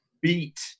beat